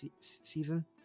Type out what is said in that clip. season